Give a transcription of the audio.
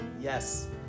Yes